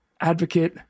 advocate